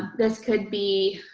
this could be